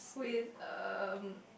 with um